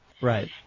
right